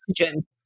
oxygen